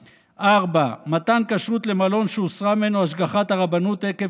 4. מתן כשרות למלון שהוסרה ממנו השגחת הרבנות עקב